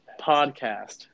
podcast